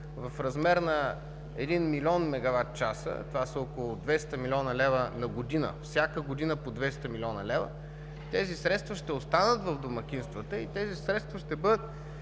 в размер на 1 милион мегаватчаса – това са около 200 млн. лв. годишно, всяка година по 200 млн. лв., тези средства ще останат в домакинствата и ще бъдат